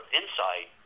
insight